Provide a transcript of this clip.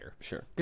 Sure